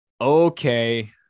Okay